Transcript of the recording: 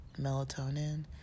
melatonin